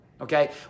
Okay